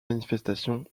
manifestation